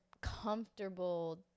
comfortable